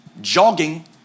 jogging